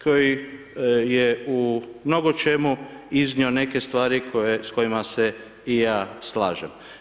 Koji je u mnogo čemu iznio neke stvari s kojima se i ja slažem.